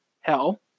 hell